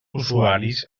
usuaris